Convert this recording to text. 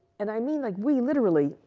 and i mean like we literally,